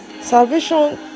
Salvation